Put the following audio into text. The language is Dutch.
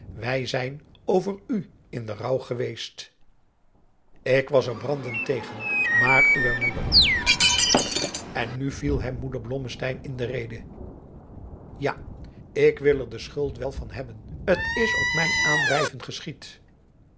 wij zijn over u in den rouw geweest ik was er brandend tegen maar uwe moeder en nu viel hem moeder blommesteyn in de rede ja ik wil er de schuld wel van hebben t is op mijn aandrijven geschied